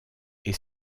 est